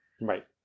Right